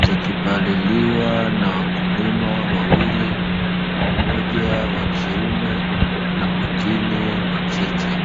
zikipaliliwa na wakulima wawili, mmoja wa kiume na mwingine wa kike.